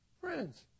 friends